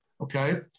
Okay